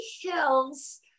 Hills